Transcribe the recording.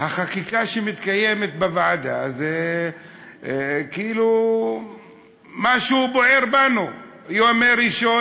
החקיקה שמתקיימת בוועדה זה כאילו משהו בוער בנו: ימי ראשון,